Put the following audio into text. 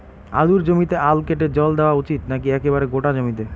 আলুর জমিতে আল কেটে জল দেওয়া উচিৎ নাকি একেবারে গোটা জমিতে?